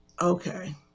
Okay